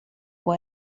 può